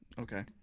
Okay